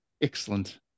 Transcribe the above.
Excellent